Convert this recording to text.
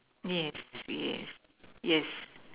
yes yes yes